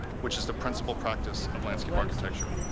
which is the principle practice of landscape architecture.